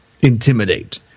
intimidate